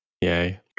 Yay